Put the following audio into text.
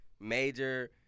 major